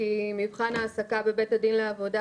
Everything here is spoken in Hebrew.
כי מבחן העסקה בבית הדין לעבודה,